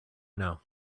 know